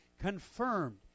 confirmed